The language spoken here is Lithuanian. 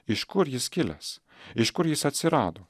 iš kur jis kilęs iš kur jis atsirado